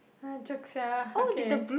joke sia okay